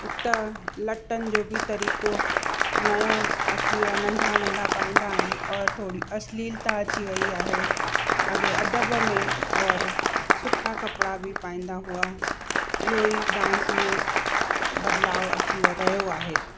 हिकु त लटनि जो बि तरीक़ो नयो अची वियो नंढा नंढा पाईंदा आहिनि और थोरी अश्लीलता अची वई आहे अॻे अदब में और सुठा कपिड़ा बि पाईंदा हुआ इहो ई डांस में बदिलाव अची रहियो आहे